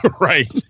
Right